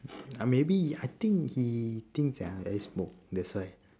uh maybe he I think he thinks that I I smoke that's why